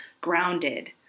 grounded